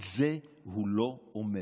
את זה הוא לא אומר.